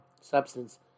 substance